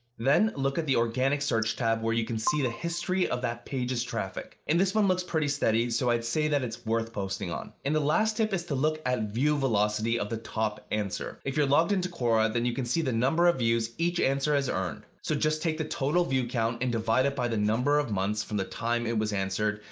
then look at the organic search tab, where you can see the history of that page's traffic. and this one looks pretty steady so i'd say that it's worth posting on. and the last tip is to look at view velocity of the top answer. if you're logged into quora, then you can see the number of views each answer has earned. so just take the total view count and divide it by the number of months from the time it was answered,